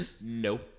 Nope